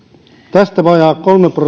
tästä vajaa